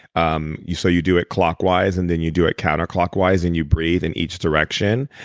um you so you do it clockwise and then, you do it counterclockwise. and you breathe in each direction.